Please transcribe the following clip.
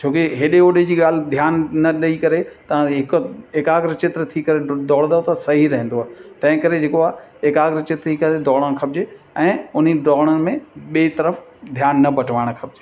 छोकी हेॾे होॾे जी ॻाल्हि ध्यान न ॾेई करे तां एक एक्राग चित्र थी करे दौड़ंदो त सही रहंदो तंहिं करे जेको आहे एक्राग चित्र थी करे दौड़णु खपिजे ऐं उन दौड़ण में ॿे तर्फ़ु ध्यान न बटवाइणु खपिजे